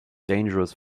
dangerous